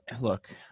look